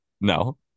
No